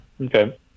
okay